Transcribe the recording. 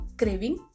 craving